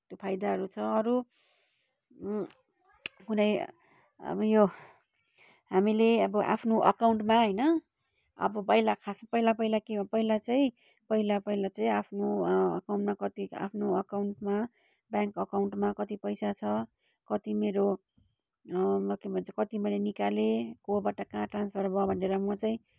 फाइदाहरू छ अरू कुनै अब यो हामीले अब आफ्नो एकाउन्टमा होइन अब पहिला खासै पहिला पहिला के हो पहिला चाहिँ पहिला पहिला चाहिँ आफ्नो एकाउन्टमा कति आफ्नो एकाउन्टमा ब्याङ्क एकाउन्टमा कति पैसा छ कति मेरो के भन्छ कति मैले निकालेँ कोबाट कहाँ ट्रान्सफर भयो भनेर म चाहिँ